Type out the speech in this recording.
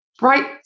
right